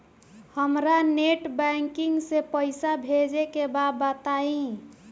हमरा net banking से पईसा भेजे के बा बताई?